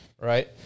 Right